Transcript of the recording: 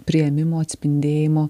priėmimo atspindėjimo